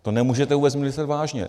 To nemůžete vůbec myslet vážně.